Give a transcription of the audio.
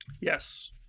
Yes